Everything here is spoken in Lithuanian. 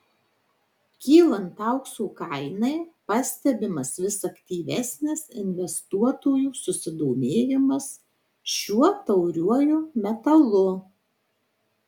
kylant aukso kainai pastebimas vis aktyvesnis investuotojų susidomėjimas šiuo tauriuoju metalu